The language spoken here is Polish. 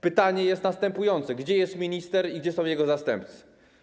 Pytanie jest następujące: Gdzie jest minister i gdzie są jego zastępcy?